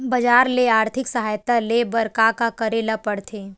बजार ले आर्थिक सहायता ले बर का का करे ल पड़थे?